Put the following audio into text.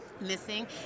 missing